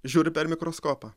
žiūriu per mikroskopą